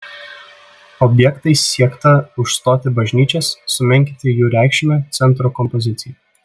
objektais siekta užstoti bažnyčias sumenkinti jų reikšmę centro kompozicijai